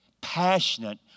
Passionate